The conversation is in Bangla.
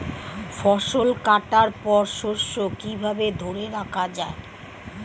ফসল কাটার পর শস্য কিভাবে ধরে রাখা য়ায়?